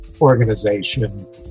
organization